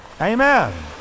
Amen